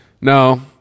No